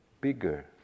bigger